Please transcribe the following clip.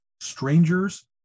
Strangers